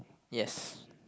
yes